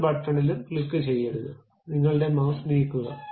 ഒരു ബട്ടണിലും ക്ലിക്കുചെയ്യരുത് നിങ്ങളുടെ മൌസ് നീക്കുക